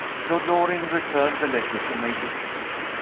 lord loring returned the letter to major hynd.